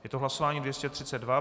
Je to hlasování 232.